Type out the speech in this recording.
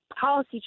policy